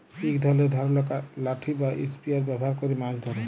ইক ধরলের ধারালো লাঠি বা ইসপিয়ার ব্যাভার ক্যরে মাছ ধ্যরে